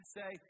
say